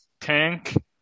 tank